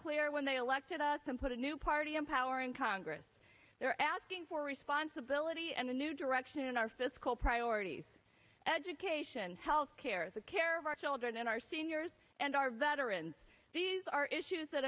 clear when they elected us and put a new party in power in congress they're asking for responsibility and a new direction in our fiscal priorities education health care the care of our children our seniors and our veterans these are issues that